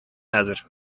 хәзер